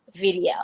video